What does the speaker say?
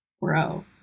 bro